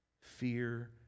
Fear